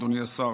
אדוני השר,